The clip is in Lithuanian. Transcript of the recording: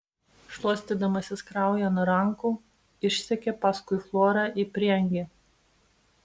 šluostydamasis kraują nuo rankų išsekė paskui florą į prieangį